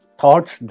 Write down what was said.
thoughts